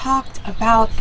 talked about